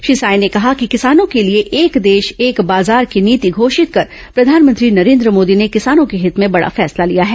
श्री साय ने कहा कि किसानों के लिए एक देश एक बाजार की नीति घोषित कर प्रधानमंत्री नरेन्द्र मोदी ने किसानों के हित में बड़ा फैसला लिया है